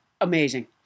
amazing